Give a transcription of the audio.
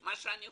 מה שאני חושבת,